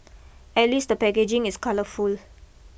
at least the packaging is colourful